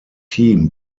team